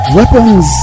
weapons